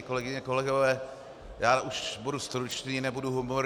Kolegyně, kolegové, já už budu stručný, nebudu humorný.